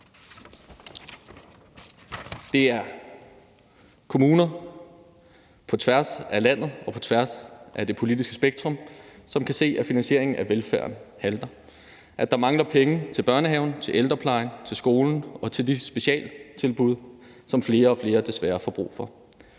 Det er kommuner på tværs af landet og på tværs af det politiske spektrum, som kan se, at finansieringen af velfærden halter, og at der mangler penge til børnehaven, til ældreplejen, til skolen og til de specialtilbud, som flere og flere desværre får brug for.